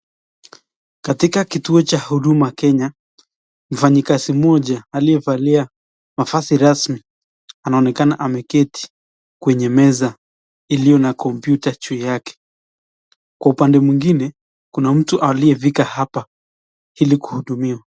Katika kituo cha Huduma Kenya, mfanyikazi mmoja aliyevalia mavazi rasmi anaonekana ameketi kwenye meza iliyo na kompyuta juu yake. Kwa upande mwingine kuna mtu aliyefika hapa ili kuhudumiwa.